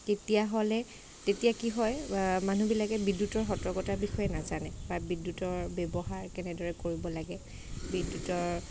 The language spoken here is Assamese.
তেতিয়াহ'লে তেতিয়া কি হয় মানুহবিলাকে বিদ্যুতৰ সতৰ্কতাৰ বিষয়ে নাজানে বা বিদ্যুতৰ ব্যৱহাৰ কেনেদৰে কৰিব লাগে বিদ্যুতৰ